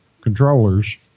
controllers